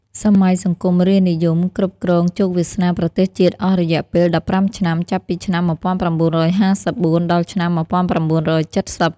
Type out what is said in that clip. សម័យសង្គមរាស្ត្រនិយម គ្រប់គ្រងជោគវាសនាប្រទេសជាតិអស់រយៈពេល ១៥ ឆ្នាំ ចាប់ពីឆ្នាំ ១៩៥៤ ដល់ឆ្នាំ ១៩៧០។